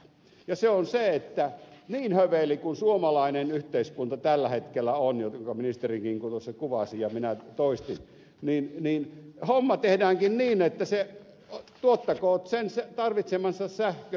ja se on se että niin höveli kuin suomalainen yhteiskunta tällä hetkellä on jota ministerikin tuossa kuvasi ja minä toistin niin homma tehdäänkin niin että se tuottakoot sen tarvitsemansa sähkön aggregaatilla